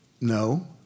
No